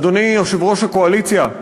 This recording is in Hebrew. אדוני יושב-ראש הקואליציה,